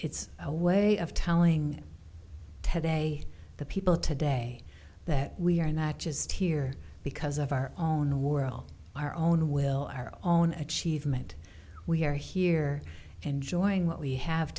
it's a way of telling today the people today that we are not just here because of our own world our own will our own achievement we are here and join what we have